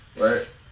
Right